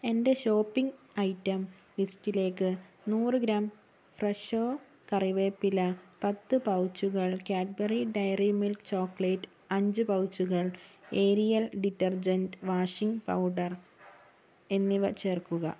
എന്റെ shopping item ലിസ്റ്റിലേക്ക് നൂറ് ഗ്രാം ഫ്രെഷോ കറിവേപ്പില പത്ത് പൗച്ചുകൾ കാഡ്ബറി ഡയറി മിൽക്ക് ചോക്ലേറ്റ് അഞ്ച് പൗച്ചുകൾ ഏരിയൽ ഡിറ്റർജന്റ് വാഷിംഗ് പൗഡർ എന്നിവ ചേർക്കുക